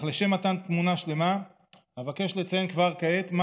אך לשם מתן תמונה שלמה אבקש לציין כבר כעת מה